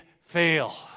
fail